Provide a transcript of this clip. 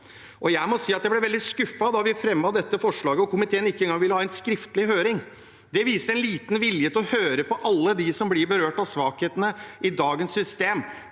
jeg ble veldig skuffet da vi fremmet dette forslaget og komiteen ikke engang ville ha en skriftlig høring. Det viser liten vilje til å høre på alle dem som blir berørt av svakhetene i dagens system.